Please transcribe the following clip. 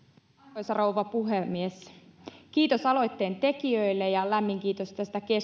arvoisa rouva puhemies kiitos aloitteen tekijöille ja lämmin kiitos tästä keskustelusta